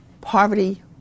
Poverty